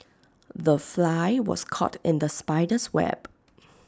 the fly was caught in the spider's web